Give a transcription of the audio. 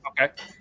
Okay